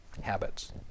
habits